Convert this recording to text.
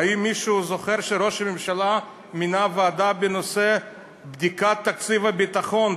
האם מישהו זוכר שראש הממשלה מינה ועדה בנושא בדיקת תקציב הביטחון,